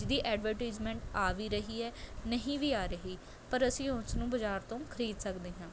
ਜਿਹਦੀ ਐਡਵਰਟੀਜ਼ਮੈਂਟ ਆ ਵੀ ਰਹੀ ਹੈ ਨਹੀਂ ਵੀ ਆ ਰਹੀ ਪਰ ਅਸੀਂ ਉਸ ਨੂੰ ਬਜ਼ਾਰ ਤੋਂ ਖ਼ਰੀਦ ਸਕਦੇ ਹਾਂ